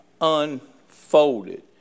unfolded